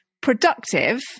productive